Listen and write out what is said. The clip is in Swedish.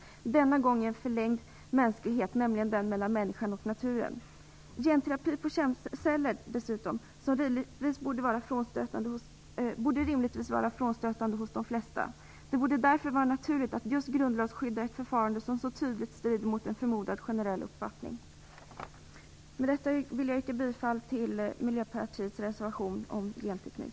Denna gång är det fråga om en förlängd mänsklighet, nämligen den som inkluderar människan i förhållande till naturen. Genterapi på könsceller borde rimligtvis vara frånstötande för de flesta. Det borde därför vara naturligt att grundlagsskydda mot just ett sådant förfarande som så tydligt strider mot en förmodad generell uppfattning. Med detta vill jag yrka bifall till Miljöpartiets reservation om genteknik.